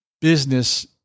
business